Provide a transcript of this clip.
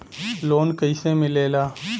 Loan कईसे मिलेला?